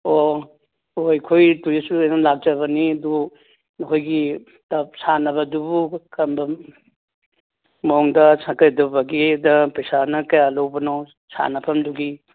ꯑꯣ ꯑꯣ ꯑꯩꯈꯣꯏ ꯇꯨꯔꯤꯁ ꯑꯣꯏꯅ ꯂꯥꯛꯆꯕꯅꯤ ꯑꯗꯣ ꯃꯈꯣꯏꯒꯤ ꯇꯔꯐ ꯁꯥꯟꯅꯕꯗꯨꯕꯨ ꯀꯔꯝꯕ ꯃꯑꯣꯡꯗ ꯄꯩꯁꯥꯅ ꯀꯌꯥ ꯂꯧꯕꯅꯣ ꯁꯥꯟꯅꯐꯝꯗꯨꯒꯤ